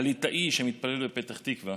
הליטאי שמתפלל בפתח תקווה